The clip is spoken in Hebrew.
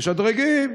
משדרגים,